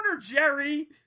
Jerry